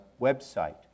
website